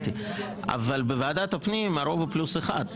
אבל בוועדת הפנים הרוב הוא פלוס אחד,